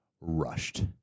rushed